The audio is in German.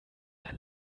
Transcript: der